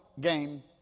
game